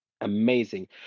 amazing